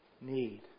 need